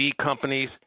companies